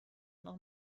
noch